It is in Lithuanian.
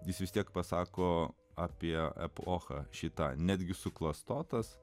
jis vis tiek pasako apie epochą šį tą netgi suklastotas